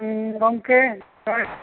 ᱦᱮᱸ ᱜᱚᱢᱠᱮ ᱡᱚᱦᱟᱨ ᱜᱮ